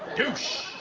douche.